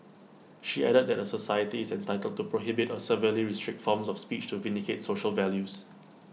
she added that A society is entitled to prohibit or severely restrict forms of speech to vindicate social values